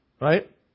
right